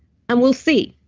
and we'll see.